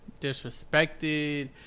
disrespected